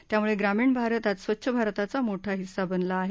त्यामुळे ग्रामीण भारत आज स्वच्छ भारताचा मोठा हिस्सा बनला आहे